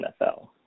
NFL